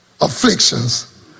afflictions